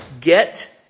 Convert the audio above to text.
Get